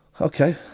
Okay